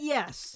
Yes